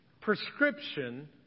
prescription